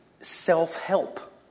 self-help